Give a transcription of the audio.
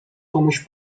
komuś